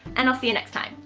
and i'll see you next time.